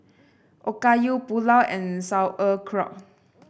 Okayu Pulao and Sauerkraut